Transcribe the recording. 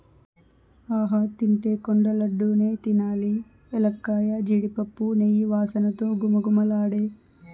ఆహా తింటే కొండ లడ్డూ నే తినాలి ఎలక్కాయ, జీడిపప్పు, నెయ్యి వాసనతో ఘుమఘుమలాడే